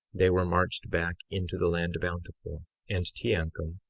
they were marched back into the land bountiful and teancum,